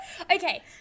okay